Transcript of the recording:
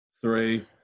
three